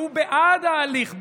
שהוא בעד ההליך בהאג,